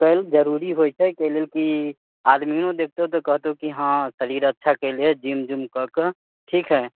कयल जरूरी होइ छै कै लेल कि आदमियो देखतौ तऽ कहतौ कि हँ शरीर अच्छा कयले हइ जिम उम कऽ के ठीक हइ